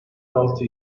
altı